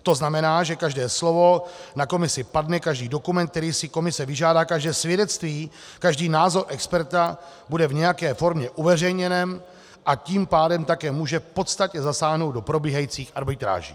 To znamená, že každé slovo, které na komisi padne, každý dokument, který si komise vyžádá, každé svědectví, každý názor experta bude v nějaké formě uveřejněn, a tím pádem také může podstatně zasáhnout do probíhajících arbitráží.